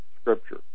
Scripture